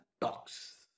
talks